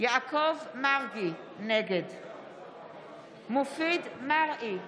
יעקב מרגי, נגד מופיד מרעי,